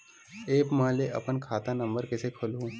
App म ले अपन खाता नम्बर कइसे खोलहु?